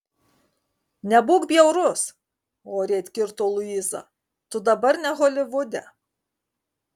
nebūk bjaurus oriai atkirto luiza tu dabar ne holivude